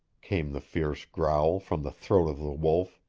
came the fierce growl from the throat of the wolf.